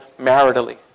maritally